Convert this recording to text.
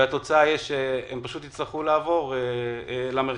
והתוצאה תהיה שהם יצטרכו לעבור למרכז,